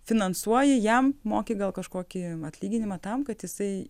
finansuoji jam moki gal kažkokį atlyginimą tam kad jisai